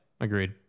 Agreed